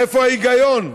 איפה ההיגיון?